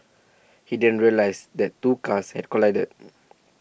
he then realised that two cars had collided